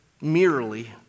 merely